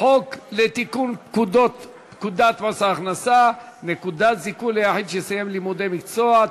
חוק לתיקון פקודת מס הכנסה (נקודת זיכוי ליחיד שסיים לימודי מקצוע),